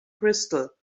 crystal